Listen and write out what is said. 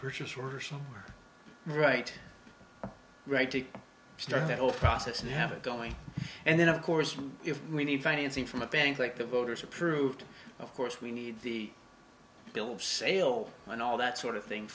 purchase orders right right to start that whole process and have it going and then of course if we need financing from a bank like the voters approved of course we need the bill sale and all that sort of thing